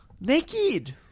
naked